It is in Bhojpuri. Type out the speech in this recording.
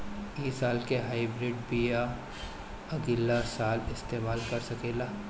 इ साल के हाइब्रिड बीया अगिला साल इस्तेमाल कर सकेला?